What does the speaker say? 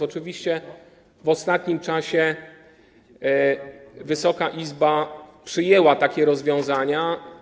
Oczywiście w ostatnim czasie Wysoka Izba przyjęła takie rozwiązania.